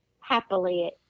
happily